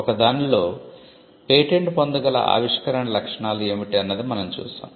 ఒకదానిలో పేటెంట్ పొందగల ఆవిష్కరణ లక్షణాలు ఏమిటి అన్నది మనం చూసాం